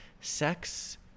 Sex